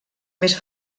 més